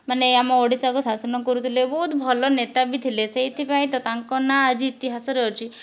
ମାନେ ଆମ ଓଡ଼ିଶାକୁ ଶାସନ କରୁଥିଲେ ବହୁତ ଭଲ ନେତା ବି ଥିଲେ ସେଇଥିପାଇଁ ତ ତାଙ୍କ ନାଁ ଆଜି ଇତିହାସରେ ଅଛି